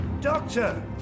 Doctor